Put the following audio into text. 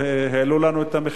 העלו לנו את המחירים.